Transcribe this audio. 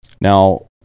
Now